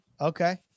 Okay